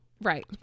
right